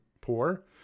poor